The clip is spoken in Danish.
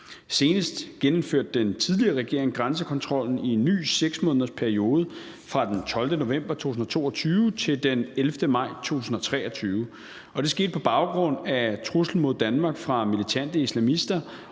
Senest genindførte den tidligere regering grænsekontrollen i en ny 6-månedersperiode fra den 12. november 2022 til den 11. maj 2023, og det skete på baggrund af truslen mod Danmark fra militante islamisters